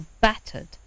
battered